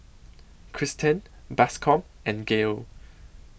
Cristen Bascom and Gael